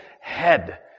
head